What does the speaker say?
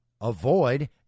avoid